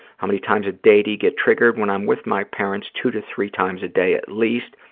how many times a day do you get triggered? when i'm with my parents, two to three times a day at least.